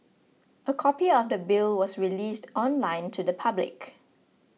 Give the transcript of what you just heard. a copy of the bill was released online to the public